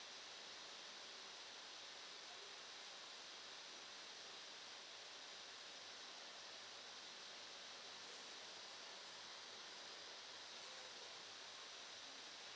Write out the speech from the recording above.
hmm